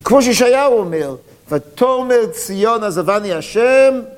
כמו שישעיהו אומר, ותאמר ציון עזבני ה'